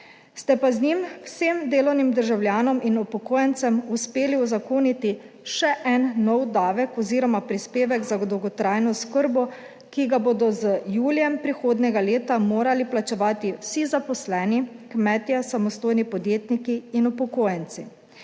ste pa z njim vsem delovnim državljanom in upokojencem uspeli uzakoniti še en nov davek oziroma prispevek za dolgotrajno oskrbo, ki ga bodo z julijem prihodnjega leta morali plačevati vsi zaposleni, kmetje, samostojni podjetniki in upokojenci.